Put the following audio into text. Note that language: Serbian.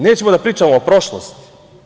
Nećemo da pričamo o prošlosti.